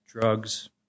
drugs